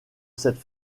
cette